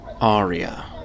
Aria